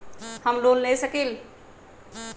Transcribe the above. हम लोन ले सकील?